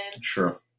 Sure